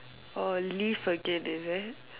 oh leave again is it